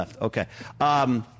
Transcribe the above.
Okay